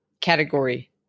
category